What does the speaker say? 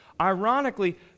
ironically